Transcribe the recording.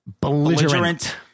Belligerent